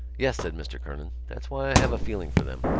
yes, said mr. kernan. that's why i have a feeling for them.